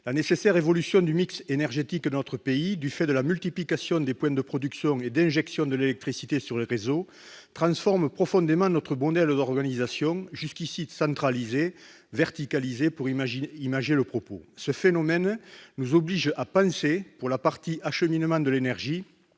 La nécessaire évolution du mix énergétique de notre pays, du fait de la multiplication des points de production et d'injection de l'électricité sur les réseaux, transforme profondément notre modèle d'organisation, jusqu'ici centralisé, pour ne pas dire verticalisé. Ce phénomène nous oblige à penser, pour la partie liée à l'acheminement de l'énergie,